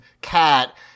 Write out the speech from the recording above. cat